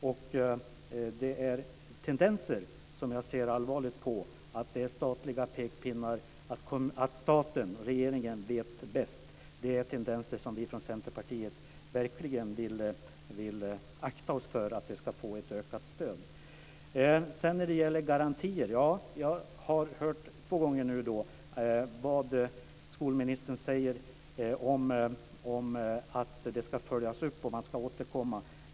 Det här är tendenser som jag ser allvarligt på - att staten kommer med pekpinnar, att staten och regeringen vet bäst. Vi från Centerpartiet vill verkligen varna för att låta dessa tendenser få ökat stöd. När det gäller garantier har jag nu två gånger hört vad skolministern säger om att detta ska följas upp och att man ska återkomma.